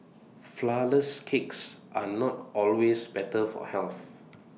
Flourless Cakes are not always better for health